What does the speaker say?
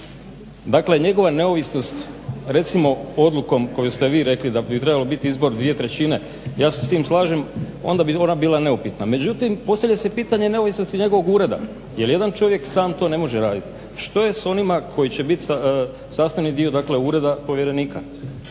Dakle, njegova neovisnost, recimo odlukom kojom ste vi rekli da bi trebalo biti izbor dvije trećine, ja se s tim slažem, onda bi ona bila neupitna. Međutim, postavlja se pitanje neovisnosti njegova ureda, jer jedan čovjek sam to ne može raditi. Što je s onima koji će bit sastavni dio, dakle ureda povjerenika.